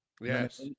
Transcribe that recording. yes